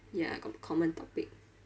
ya got common topic